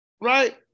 right